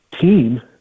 team